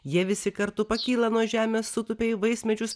jie visi kartu pakyla nuo žemės sutūpia į vaismedžius